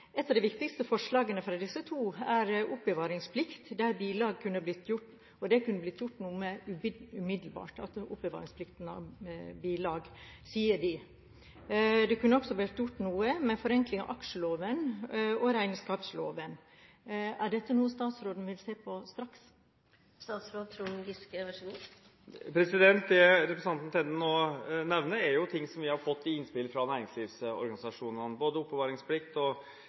Et av de viktigste forslagene fra disse to er oppbevaringsplikt når det gjelder bilag. Det kunne det blitt gjort noe med umiddelbart, sier de. Det kunne også vært gjort noe med forenkling av aksjeloven og regnskapsloven. Er dette noe statsråden vil se på straks? Det representanten Tenden nå nevner, er ting som vi har fått innspill om fra næringslivsorganisasjonene. Både oppbevaringsplikt